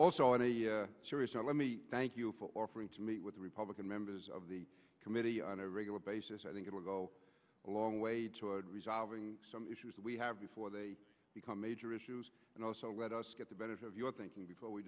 also in a serious note let me thank you for offering to meet with the republican members of the committee on a regular basis i think it will go a long way toward resolving some issues that we have before they become major issues and also let us get the benefit of your thinking before we